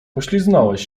pośliznąłeś